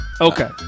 Okay